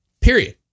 period